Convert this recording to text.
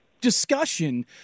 discussion